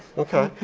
okay,